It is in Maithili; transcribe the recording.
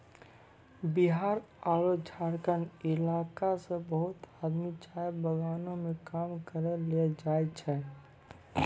बिहार आरो झारखंड इलाका सॅ बहुत आदमी चाय बगानों मॅ काम करै ल जाय छै